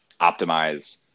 optimize